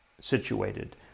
situated